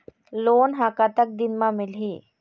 Loan ह कतक दिन मा मिलही?